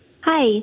Hi